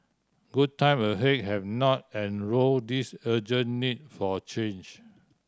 good time ahead have not erodes urgent need for change